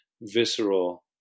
visceral